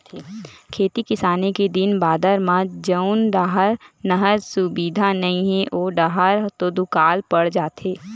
खेती किसानी के दिन बादर म जउन डाहर नहर सुबिधा नइ हे ओ डाहर तो दुकाल पड़ जाथे